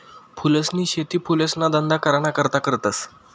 फूलसनी शेती फुलेसना धंदा कराना करता करतस